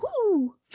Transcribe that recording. Woo